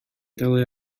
dalu